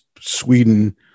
Sweden